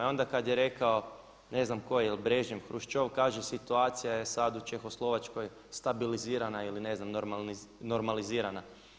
I onda kad je rekao ne znam tko Brežnjev, Hruščov kaže situacija je sad u Čehoslovačkoj stabilizirana ili ne znam normalizirana.